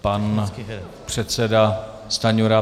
Pan předseda Stanjura.